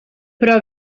però